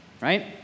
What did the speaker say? right